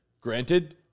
Granted